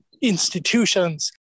institutions